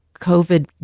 COVID